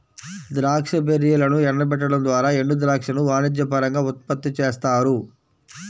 ద్రాక్ష బెర్రీలను ఎండబెట్టడం ద్వారా ఎండుద్రాక్షను వాణిజ్యపరంగా ఉత్పత్తి చేస్తారు